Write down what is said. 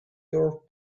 your